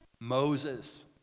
moses